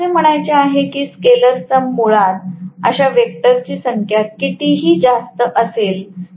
मला असे म्हणायचे आहे की स्केलर सम मुळात अशा वेक्टरची संख्या कितीही जास्त असेल